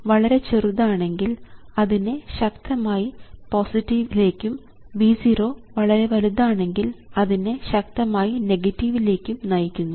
V 0 വളരെ ചെറുതാണെങ്കിൽ അതിനെ ശക്തമായി പോസിറ്റീവ് ലേക്കും V 0 വളരെ വലുതാണെങ്കിൽ അതിനെ ശക്തമായി നെഗറ്റീവ് ലേക്കും നയിക്കുന്നു